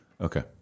Okay